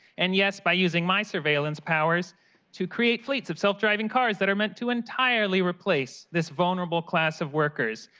and yes, by using my surveillance powers to create fleets of self driving cars that are meant to entirely replace this vulnerable class of workers.